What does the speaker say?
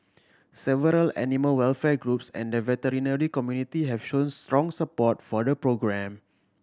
several animal welfare groups and the veterinary community have shown strong support for the programme